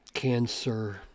Cancer